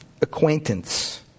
acquaintance